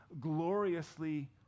gloriously